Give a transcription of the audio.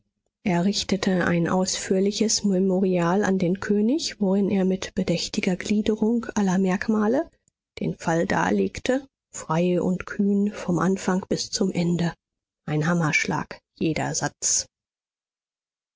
er richtete ein ausführliches memorial an den könig worin er mit bedächtiger gliederung aller merkmale den fall darlegte frei und kühn vom anfang bis zum ende ein hammerschlag jeder satz